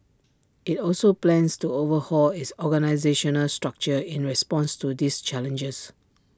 IT also plans to overhaul its organisational structure in response to these challenges